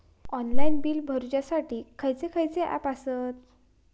Online bill भरुच्यासाठी खयचे खयचे ऍप आसत?